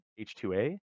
h2a